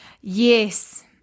Yes